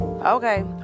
Okay